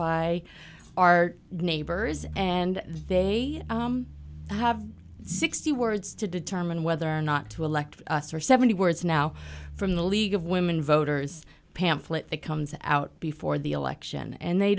by our neighbors and they have sixty words to determine whether or not to elect seventy words now from the league of women voters pamphlet that comes out before the election and they